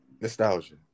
Nostalgia